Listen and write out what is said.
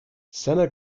senna